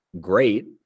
great